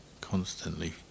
constantly